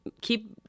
keep